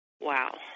Wow